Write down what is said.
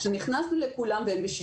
נכנסנו לכולם והם נותנים לנו,